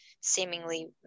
seemingly